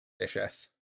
vicious